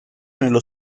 nello